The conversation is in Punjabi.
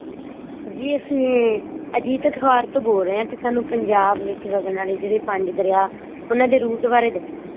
ਜੀ ਅਸੀਂ ਅਜੀਤ ਅਖ਼ਬਾਰ ਤੋਂ ਬੋਲ ਰਹੇ ਹਾਂ ਅਤੇ ਸਾਨੂੰ ਪੰਜਾਬ ਵਿੱਚ ਵਗਣ ਵਾਲੇ ਜਿਹੜੇ ਪੰਜ ਦਰਿਆ ਉਹਨਾਂ ਦੇ ਰੂਟ ਬਾਰੇ ਦੱਸੋ